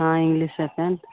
हँ इंग्लिशे पेंट